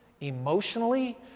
emotionally